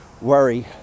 worry